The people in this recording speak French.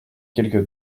quelque